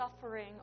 suffering